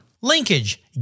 Linkage